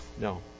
No